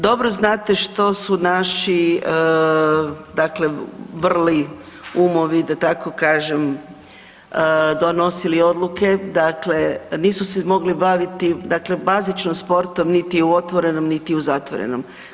Dobro znate što su naši dakle vrli umovi da tako kažem donosili odluke dakle, nisu se mogli baviti dakle bazično sportom niti u otvorenom, niti u zatvorenom.